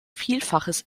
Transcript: vielfaches